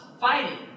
fighting